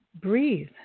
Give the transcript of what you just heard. breathe